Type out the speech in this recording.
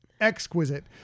exquisite